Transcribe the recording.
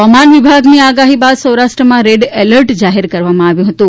હવામાન વિભાગની આગાહી બાદ સૌરાષ્ટ્રમાં રેડ એલર્ટ જાહેર કરવામાં આવ્યું હતું